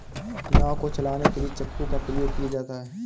नाव को चलाने के लिए चप्पू का प्रयोग किया जाता है